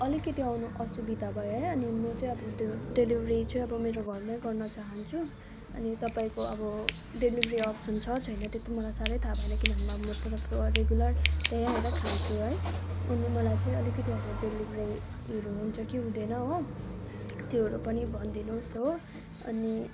अलिकति आउनु असुविधा भयो अनि म चाहिँ अब त्यो डेलिभरी चाहिँ अब मेरो घरमा गर्न चाहन्छु अनि तपाईँको अब डेलिभरी अप्सन छ छैन त्यो त मलाई साह्रो थाहा भएन किनभने अब म त तपाईँको रेगुलर त्यहीँ आएर खान्छु है अनि मलाई चाहिँ अलिकति अब डेलिभरीहरू हुन्छ कि हुँदैन हो त्योहरू पनि भनिदिनु होस् अनि